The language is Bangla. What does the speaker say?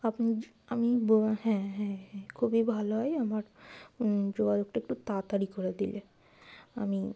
আপনি আমি হ্যাঁ হ্যাঁ হ্যাঁ খুবই ভালো হয় আমার যোগাযোগটা একটু তাড়াতাড়ি করে দিলে আমি